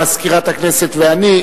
מזכירת הכנסת ואני,